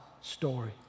story